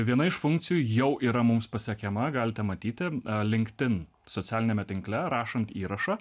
viena iš funkcijų jau yra mums pasiekiama galite matyti linked in socialiniame tinkle rašant įrašą